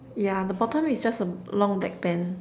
yeah the bottom is just a long back pant